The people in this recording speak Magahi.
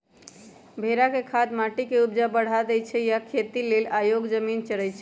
भेड़ा के खाद माटी के ऊपजा बढ़ा देइ छइ आ इ खेती लेल अयोग्य जमिन चरइछइ